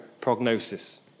prognosis